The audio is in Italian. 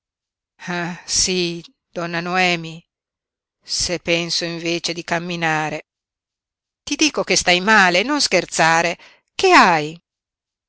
sí donna noemi se penso invece di camminare ti dico che stai male non scherzare che hai